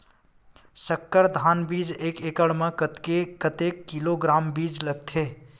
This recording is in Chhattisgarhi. संकर धान बीज एक एकड़ म कतेक किलोग्राम बीज लगथे?